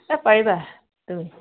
এ পাৰিবা তুমি